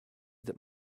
that